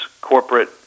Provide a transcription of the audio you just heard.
corporate